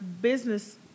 business